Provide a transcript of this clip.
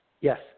yes